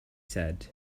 said